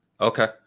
Okay